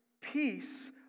peace